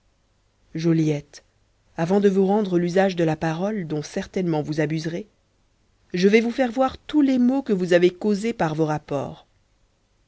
joliette avant de vous rendre l'usage de la parole dont certainement vous abuserez je vais vous faire voir tous les maux que vous avez causés par vos rapports